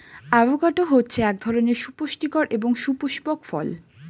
avocado হচ্ছে এক ধরনের সুপুস্টিকর এবং সুপুস্পক ফল